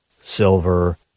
silver